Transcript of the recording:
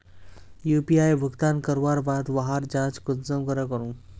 UPI भुगतान करवार बाद वहार जाँच कुंसम करे करूम?